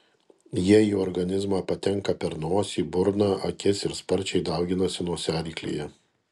jie į organizmą patenka per nosį burną akis ir sparčiai dauginasi nosiaryklėje